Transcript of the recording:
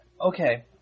Okay